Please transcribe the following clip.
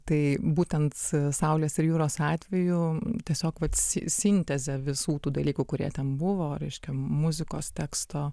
tai būtent saulės ir jūros atveju tiesiog vat sintezė visų tų dalykų kurie ten buvo reiškia muzikos teksto